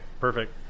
perfect